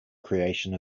creation